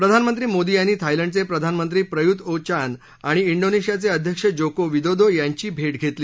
प्रधानमंत्री मोदी यांनी थायलंडचे प्रधानमंत्री प्रय्त ओ चान आणि इंडोनेशियाचे अध्यक्ष जोको विदोदो यांची भेट घेतली